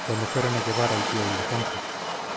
cuando fueron a llevar al tío ildefonso